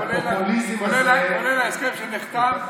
כולל ההסכם שנחתם,